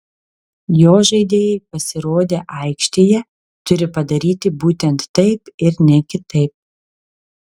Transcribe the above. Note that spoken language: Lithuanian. jo žaidėjai pasirodę aikštėje turi padaryti būtent taip ir ne kitaip